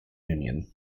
union